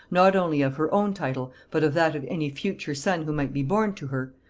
not only of her own title but of that of any future son who might be born to her,